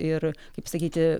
ir kaip sakyti